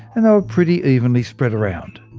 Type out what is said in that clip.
and they were pretty evenly spread around.